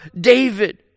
David